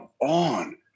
on